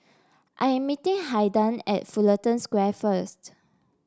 I am meeting Haiden at Fullerton Square first